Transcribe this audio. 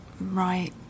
Right